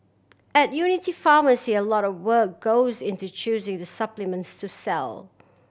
at Unity Pharmacy a lot of work goes into choosing the supplements to sell